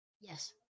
Yes